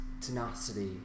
tenacity